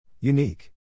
Unique